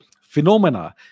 phenomena